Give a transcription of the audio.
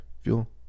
fuel